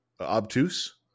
obtuse